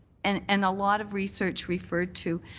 and and a lot of research referred to.